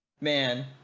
man